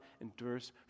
endures